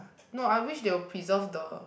no I wish they'll preserved the